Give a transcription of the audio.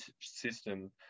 system